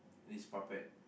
this puppet